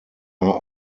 are